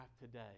today